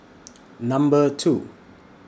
Number two